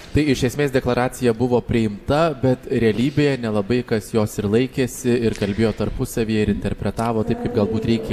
tai iš esmės deklaracija buvo priimta bet realybėje nelabai kas jos ir laikėsi ir kalbėjo tarpusavyje ir interpretavo taip kaip galbūt reikėjo